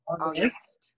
August